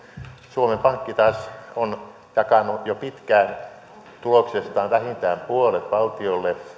suomen pankki taas on jakanut jo pitkään tuloksestaan vähintään puolet valtiolle